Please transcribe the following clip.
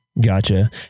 Gotcha